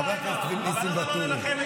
חבר הכנסת ניסים ואטורי.